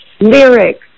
lyrics